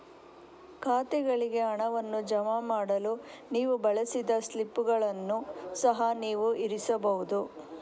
ಖಾತೆಗಳಿಗೆ ಹಣವನ್ನು ಜಮಾ ಮಾಡಲು ನೀವು ಬಳಸಿದ ಸ್ಲಿಪ್ಪುಗಳನ್ನು ಸಹ ನೀವು ಇರಿಸಬಹುದು